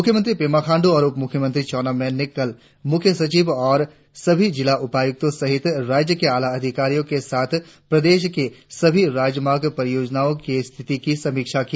मुख्यमंत्री पेमा खांडू और उप मुख्यमंत्री चाउना मेन ने कल मुख्य सचिव और सभी जिला उपायुक्तों सहित राज्य के आला अधिकारियों के साथ प्रदेश के सभी राजमार्ग परियोजनाओं की स्थिति की समीक्षा की